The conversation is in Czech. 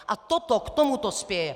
A toto k tomuto spěje.